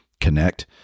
connect